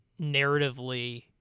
narratively